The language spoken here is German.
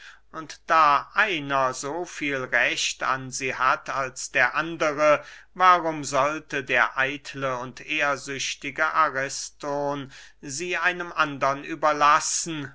und da einer so viel recht an sie hat als der andere warum sollte der eitle und ehrsüchtige ariston sie einem andern überlassen